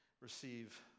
Receive